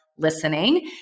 listening